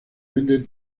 vende